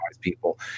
people